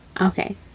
Okay